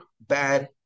bad